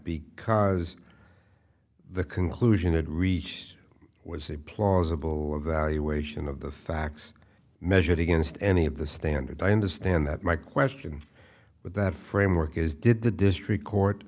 because the conclusion had reached was a plausible evaluation of the facts measured against any of the standard i understand that my question but that framework is did the district court